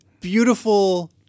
beautiful